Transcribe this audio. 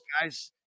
guys